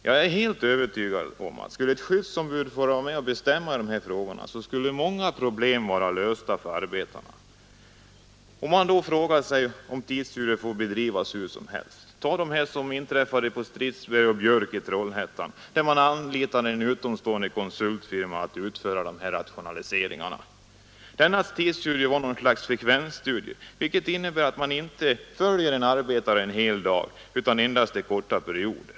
Jag är helt övertygad om att många problem skulle vara lösta för arbetarna om ett skyddsombud skulle få vara med och bestämma i dessa frågor. Man kan fråga sig om tidsstudier får bedrivas hur som helst. Jag kan nämna vad som inträffade på Stridsberg & Björck i Trollhättan: Där anlitade man en utomstående konsultfirma, som skulle utföra rationaliseringarna. De tidsstudier som gjordes var något slags frekvensstudier, vilket innebär att man inte följer en arbetare en hel dag utan endast under korta perioder.